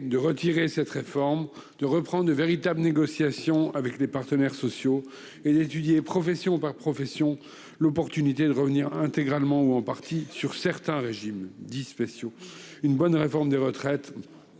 ministre, de retirer cette réforme et de reprendre de véritables négociations avec les partenaires sociaux, afin d'étudier, profession par profession, l'opportunité de revenir intégralement ou en partie sur certains régimes dits spéciaux. Une bonne réforme des retraites